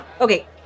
okay